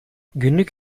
günlük